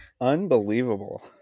Unbelievable